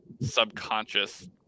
subconscious